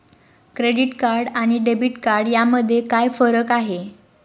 Credit card आणि debit card यामध्ये काय फरक आहे?